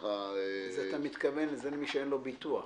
אתה מתכוון למי שאין לו ביטוח.